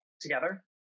together